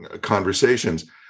conversations